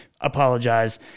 apologize